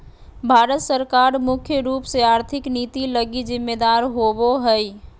भारत सरकार मुख्य रूप से आर्थिक नीति लगी जिम्मेदर होबो हइ